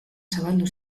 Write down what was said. zabaldu